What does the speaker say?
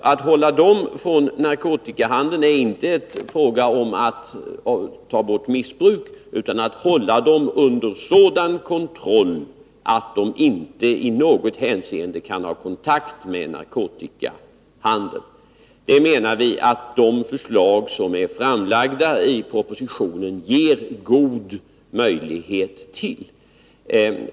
Men att hålla dem från narkotikahandeln är inte en fråga om att ta bort missbruket utan om att hålla dem under sådan kontroll att de inte i något hänseende kan ha kontakt med narkotikahandeln. Det menar vi att de förslag som är framlagda i propositionen ger god möjlighet till.